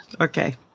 Okay